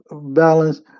balance